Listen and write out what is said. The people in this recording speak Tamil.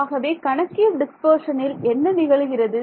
ஆகவே கணக்கியல் டிஸ்பர்ஷனில் என்ன நிகழுகிறது